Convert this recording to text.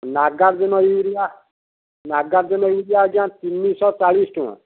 Nagarjuna urea Nagarjuna urea ଆଜ୍ଞା ତିନିଶହ ଚାଳିଶ ଟଙ୍କା